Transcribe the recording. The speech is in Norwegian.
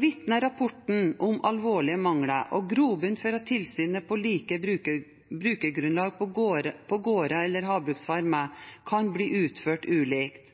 vitner rapporten om alvorlige mangler og grobunn for at tilsyn på likt brukergrunnlag på gårder eller havbruksfarmer kan bli utført ulikt.